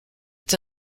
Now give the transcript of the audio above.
est